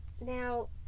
Now